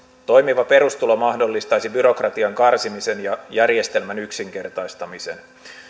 toimiva perustulo mahdollistaisi byrokratian karsimisen ja järjestelmän yksinkertaistamisen